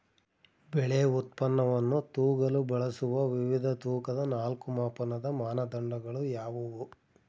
ಬೆಳೆ ಉತ್ಪನ್ನವನ್ನು ತೂಗಲು ಬಳಸುವ ವಿವಿಧ ತೂಕದ ನಾಲ್ಕು ಮಾಪನದ ಮಾನದಂಡಗಳು ಯಾವುವು?